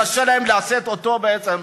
קשה להם לשאת אותו בעצם: